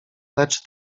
lecz